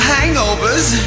Hangovers